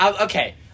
okay